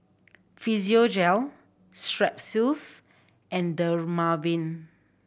Physiogel Strepsils and Dermaveen